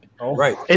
Right